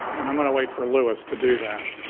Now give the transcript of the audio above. and i'm gonna wait for lois to do that.